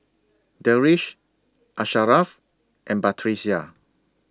Deris Asharaff and Batrisya